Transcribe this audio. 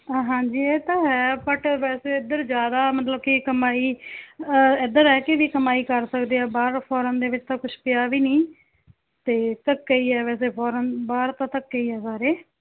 ਹਾਂਜੀ ਇਹ ਤਾਂ ਹੈ ਬਟ ਵੈਸੇ ਇੱਧਰ ਜ਼ਿਆਦਾ ਮਤਲਬ ਕਿ ਕਮਾਈ ਇੱਧਰ ਆ ਰਹਿ ਕੇ ਵੀ ਕਮਾਈ ਕਰ ਸਕਦੇ ਆ ਬਾਹਰ ਫੋਰਨ ਦੇ ਵਿੱਚ ਤਾਂ ਕੁਛ ਪਿਆ ਵੀ ਨਹੀਂ ਅਤੇ ਧੱਕਾ ਹੀ ਆ ਵੈਸੇ ਫੋਰਨ ਬਾਹਰ ਤਾਂ ਧੱਕਾ ਹੀ ਆ ਸਾਰੇ